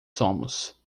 somos